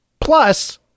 plus